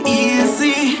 easy